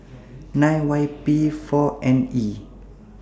nine Y P four N E